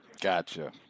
Gotcha